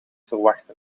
verwachten